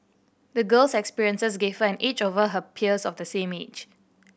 the girl's experiences gave her an edge over her peers of the same age